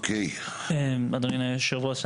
אדוני היושב-ראש,